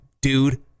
Dude